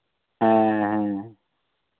ᱦᱮᱸ ᱦᱮᱸ